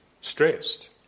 stressed